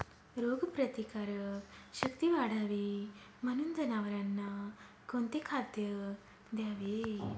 रोगप्रतिकारक शक्ती वाढावी म्हणून जनावरांना कोणते खाद्य द्यावे?